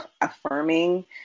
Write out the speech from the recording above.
affirming